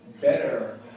better